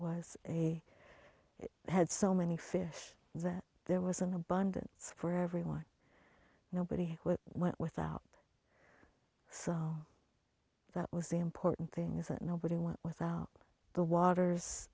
was a had so many fish that there was an abundance for everyone nobody who went without that was the important thing is that nobody went without the waters